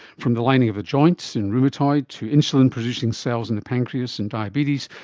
from the lining of the joints in rheumatoid, to insulin producing cells in the pancreas in diabetes,